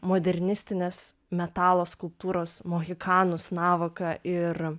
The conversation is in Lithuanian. modernistinės metalo skulptūros mohikanus navaką ir